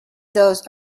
those